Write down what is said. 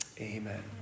Amen